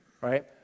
right